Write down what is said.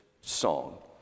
song